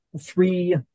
three